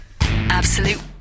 absolute